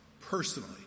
personally